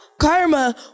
karma